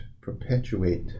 perpetuate